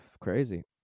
crazy